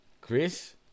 Chris